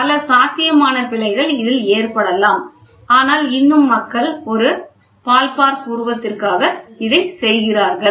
பல சாத்தியமான பிழைகள் இதில் ஏற்படலாம் ஆனால் இன்னும் மக்கள் ஒரு பால்பார்க் உருவத்திற்காக இதைச் செய்கிறார்கள்